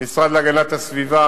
המשרד להגנת הסביבה,